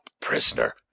prisoner